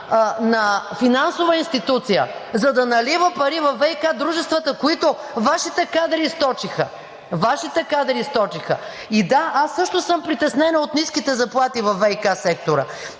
на финансова институция, за да налива пари във ВиК дружествата, които Вашите кадри източиха. Вашите кадри източиха! И, да, аз също съм притеснена от ниските заплати във ВиК сектора